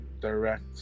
direct